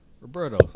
roberto